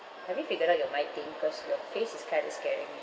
have you figured out your mic thing cause your face is kind of scary